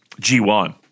G1